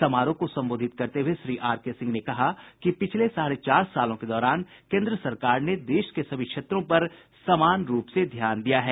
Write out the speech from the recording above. समारोह को संबोधित करते हये श्री आर के सिंह ने कहा कि पिछले साढ़े चार सालों के दौरान केन्द्र सरकार ने देश के सभी क्षेत्रों पर समान रूप से ध्यान दिया है